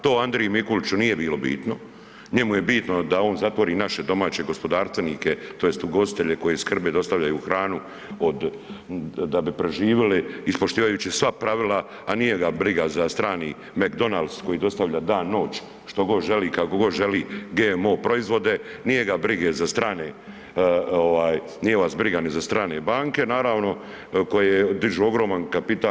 To Andriji Mikuliću nije bilo bitno, njemu je bitno da on zatvori naše domaće gospodarstvenike tj. ugostitelje koji skrbe i dostavljaju hranu, od, da bi preživjeli, ispoštivajući sva pravila, a nije ga briga što brani McDonalds koji dostavlja dan noć, što god želi i kako god želi GMO proizvode, nije ga brige za strane ovaj, nije vas briga ni za strane banke koje dižu ogroman kapital.